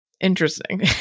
Interesting